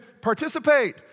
participate